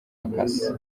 akazi